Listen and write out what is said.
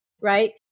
Right